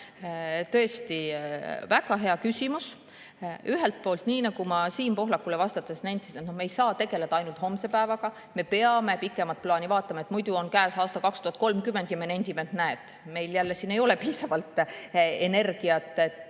aitäh! Tõesti väga hea küsimus. Ühelt poolt, nii nagu ma Siim Pohlakule vastates nentisin, me ei saa tegeleda ainult homse päevaga, me peame pikemat plaani vaatama, muidu on käes aasta 2030 ja me nendime, et näed, meil jälle ei ole piisavalt energiat